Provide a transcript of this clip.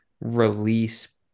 release